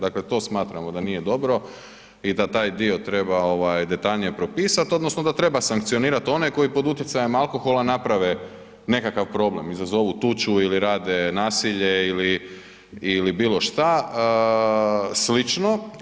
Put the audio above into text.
Dakle, to smatramo da nije dobro i da taj dio treba detaljnije propisati odnosno da treba sankcionirati one koji pod utjecajem alkohola naprave nekakav problem, izazovu tuču ili rade nasilje ili bilo što slično.